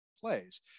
plays